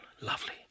lovely